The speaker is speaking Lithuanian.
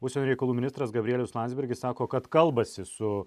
užsienio reikalų ministras gabrielius landsbergis sako kad kalbasi su